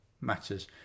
matters